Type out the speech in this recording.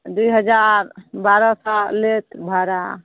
दू हजार बारह सए लेत भाड़ा